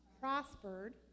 prospered